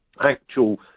actual